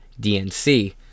DNC